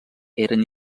eren